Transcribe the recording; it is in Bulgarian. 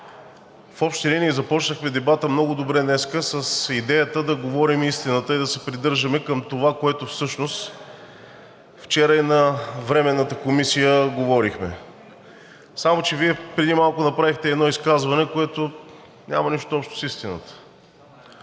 в общи линии започнахме дебата много добре днес с идеята да говорим истината и да се придържаме към това, което всъщност вчера и на Временната комисия говорихме. Само че Вие преди малко направихте едно изказване, което няма нищо общо с истината.